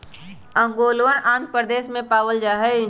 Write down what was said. ओंगोलवन आंध्र प्रदेश में पावल जाहई